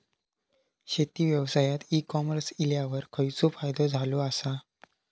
शेती व्यवसायात e-commerce इल्यावर खयचो फायदो झालो आसा?